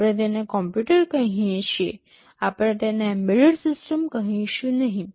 આપણે તેને કમ્પ્યુટર કહીએ છીએ આપણે તેને એમ્બેડેડ સિસ્ટમ કહીશું નહીં